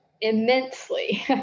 immensely